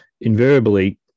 invariably